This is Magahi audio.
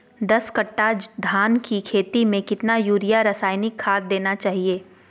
दस कट्टा धान की खेती में कितना यूरिया रासायनिक खाद देना चाहिए?